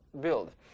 build